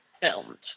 filmed